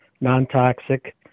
non-toxic